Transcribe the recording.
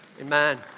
amen